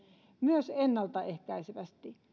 myös ennaltaehkäisevästi